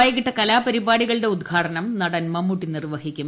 വൈകിട്ട് കലാപരിപാടികളുടെ ഉദ്ഘാടനം നടൻ മമ്മൂട്ടി നിർവ്വഹിക്കും